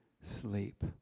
sleep